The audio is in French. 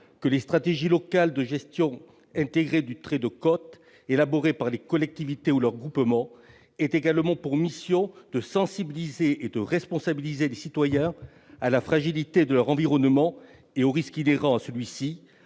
que les stratégies locales de gestion intégrée du trait de côte, élaborées par les collectivités ou leurs groupements, aient également pour mission de sensibiliser et de responsabiliser les citoyens à la fragilité de leur environnement et aux risques inhérents à celui-ci,